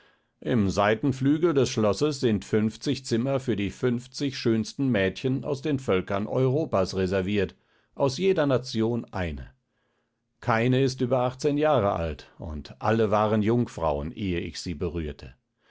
im seitenflügel des schlosses sind fünfzig zimmer für die fünfzig schönsten mädchen aus den völkern europas reserviert aus jeder nation eine keine ist über achtzehn jahre alt und alle waren jungfrauen ehe ich sie berührte